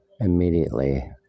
immediately